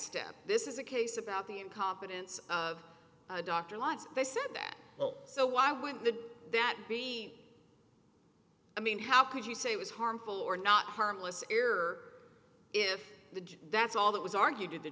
step this is a case about the incompetence of a doctor lives they said that well so why wouldn't the that be i mean how could you say it was harmful or not harmless error if that's all that was argued to the